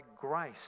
grace